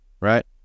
right